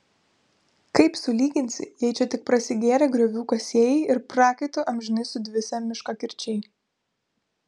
kaip sulyginsi jei čia tik prasigėrę griovių kasėjai ir prakaitu amžinai sudvisę miškakirčiai